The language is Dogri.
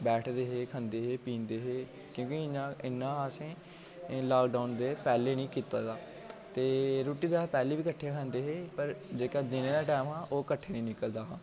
बैठदे हे खंदे हे पींदे हे क्योंकि इ'यां असें लॉकडाउन दे पैह्लें निं कीते दा ते रुट्टी ते अस पैह्लें बी कट्ठे खंदे हे पर जेह्का दिनें आह्ला टैम हा ओह् कट्ठे निं निकलदा हा